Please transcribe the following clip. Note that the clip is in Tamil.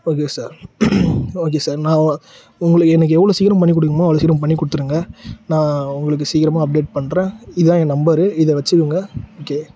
ஓகே சார் ஓகே சார் நான் உ உங்களுக்கு எனக்கு எவ்வளோ சீக்கரம் பண்ணி கொடுக்கணுமோ அவ்வளோ சீக்கரம் பண்ணி கொடுத்துருங்க நான் உங்களுக்கு சீக்கிரமா அப்டேட் பண்ணுறேன் இதான் என் நம்பரு இதை வெச்சுக்கோங்க ஓகே